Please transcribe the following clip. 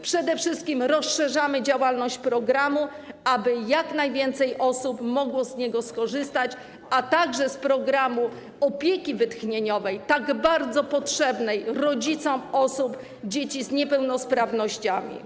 Przede wszystkim rozszerzamy działalność programu, aby jak najwięcej osób mogło z niego skorzystać, także z programu opieki wytchnieniowej, tak bardzo potrzebnego rodzicom dzieci z niepełnosprawnościami.